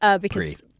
because-